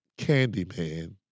Candyman